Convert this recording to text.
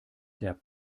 der